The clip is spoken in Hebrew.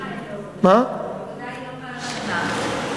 בוודאי לא מהשנה.